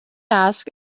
ask